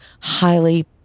highly